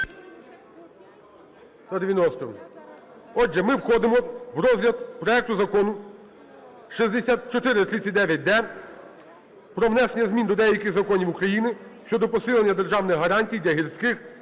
Отже, ми входимо в розгляд проекту Закону 6439-д про внесення змін до деяких законів України щодо посилення державних гарантій для гірських